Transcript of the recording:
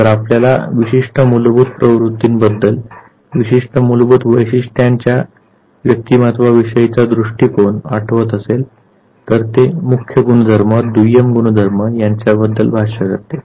जर आपल्याला विशिष्ट मूलभूत प्रवृत्तींबद्दल 'विशिष्ट मूलभूत वैशिष्ट्यांचा व्यक्तिमत्त्वाविषयीचा दृष्टीकोन' आठवत असेल तर ते मुख्य गुणधर्म दुय्यम गुणधर्म यांच्या बद्दल भाष्य करते